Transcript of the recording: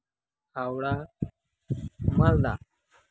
Howrah Malda